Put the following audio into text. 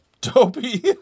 dopey